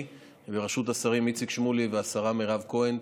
ובראשות השרים איציק שמולי והשרה מירב כהן,